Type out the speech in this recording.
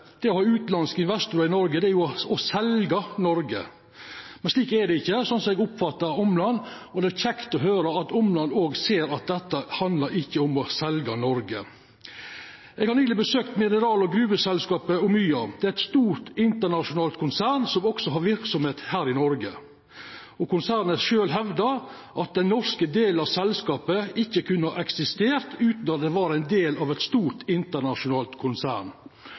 Slik er det ikkje. Slik eg oppfatta Omland, er det kjekt å høyra at han òg ser at dette ikkje handlar om å selja Noreg. Eg har nyleg besøkt mineral- og gruveselskapet Omya. Det er eit stort internasjonalt konsern som også har verksemd i Noreg. Konsernet sjølv hevdar at den norske delen av selskapet ikkje kunne ha eksistert utan å vera ein del av eit stort internasjonalt konsern.